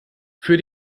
für